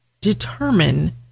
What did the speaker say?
determine